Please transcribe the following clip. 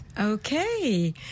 Okay